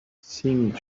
seemed